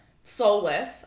soulless